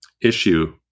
issue